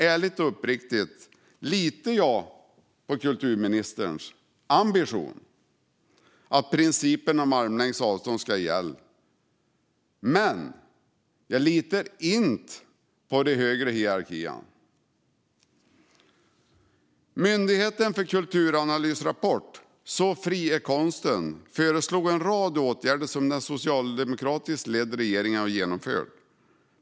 Ärligt och uppriktigt litar jag på kulturministerns ambition att principen om armlängds avstånd ska gälla, men jag litar inte på de högre hierarkierna. Myndigheten för kulturanalys föreslog i rapporten Så fri är konsten en rad åtgärder som den socialdemokratiskt ledda regeringen genomförde.